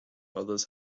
others